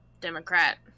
Democrat